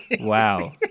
Wow